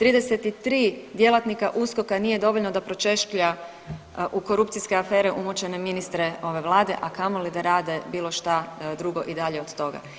33 djelatnika USKOK-a nije dovoljno da pročešlja u korupcijske afere umočene ministre ove Vlade a kamoli da rade bilo šta drugo i dalje od toga.